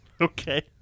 Okay